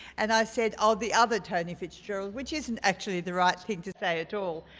and i said oh the other tony fitzgerald which isn't actually the right thing to say at all.